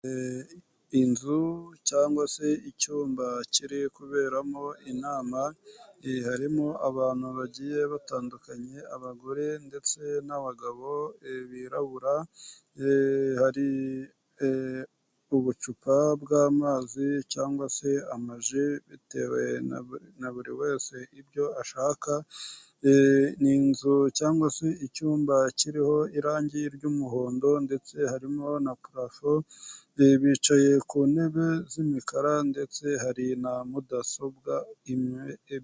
Inzu cyangwa se icyumba kiri kuberamo inama, harimo abantu bagiye batandukanye abagore ndetse n'abagabo birabura, hari ubucupa bw'amazi cyangwa se amaji bitewe na buri wese ibyo ashaka, ni inzu cyangwa se icyumba kiriho irangi ry'umuhondo ndetse harimo na prafo bicaye ku ntebe z'imikara ndetse hari na mudasobwa imwe...